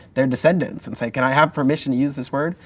their descendants, and say, can i have permission to use this word?